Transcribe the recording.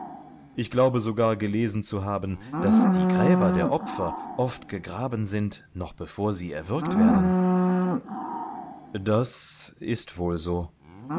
ich glaube sogar gelesen zu haben daß die gräber der opfer oft gegraben sind noch bevor sie erwürgt werden das ist wohl so